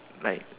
like